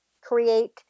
create